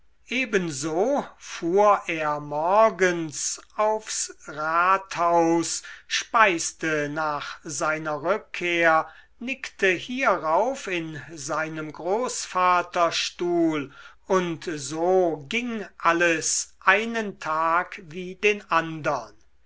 ebenso fuhr er morgens aufs rathaus speiste nach seiner rückkehr nickte hierauf in seinem großvaterstuhl und so ging alles einen tag wie den andern